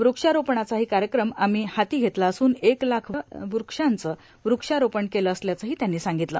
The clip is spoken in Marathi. वृक्षारोपणाचाही कार्यक्रम आम्ही हाती घेतला असून एक लाख वृक्ष झाडांचं वृक्षारोपण केलं असल्याचंही त्यांनी सांगितलं